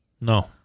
No